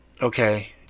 okay